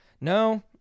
No